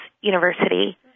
University